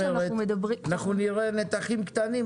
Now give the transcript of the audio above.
אנחנו נראה נתחים קטנים,